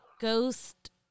ghost